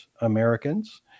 Americans